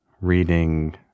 reading